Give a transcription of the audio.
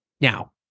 Now